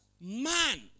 man